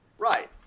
Right